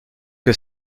que